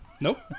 Nope